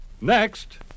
Next